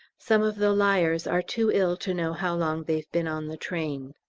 some of the liers are too ill to know how long they've been on the train.